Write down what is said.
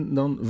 dan